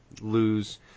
lose